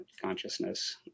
consciousness